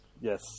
Yes